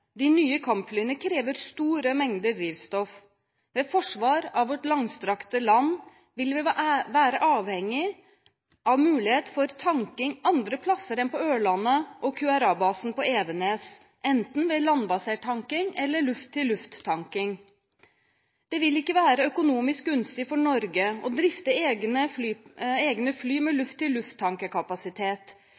De nye kampflyene krever store mengder drivstoff. Ved forsvar av vårt langstrakte land vil vi være avhengige av mulighet for tanking andre steder enn på Ørlandet og QRA-basen på Evenes, enten ved landbasert tanking eller ved luft-til-luft-tanking. Det vil ikke være økonomisk gunstig for Norge å drifte egne fly